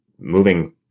moving